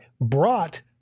brought